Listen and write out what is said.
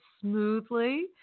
smoothly